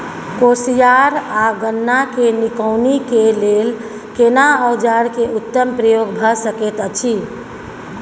कोसयार आ गन्ना के निकौनी के लेल केना औजार के उत्तम प्रयोग भ सकेत अछि?